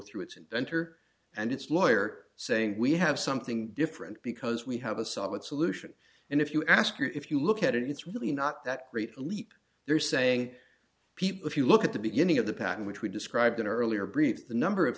through its inventor and its lawyer saying we have something different because we have a solid solution and if you ask or if you look at it it's really not that great a leap they're saying people if you look at the beginning of the pattern which we described in earlier brief the number of